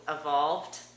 evolved